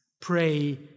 pray